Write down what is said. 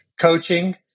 coaching